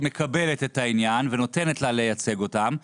מקבלת את העניין ונותנת לה לייצג אותם,